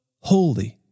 holy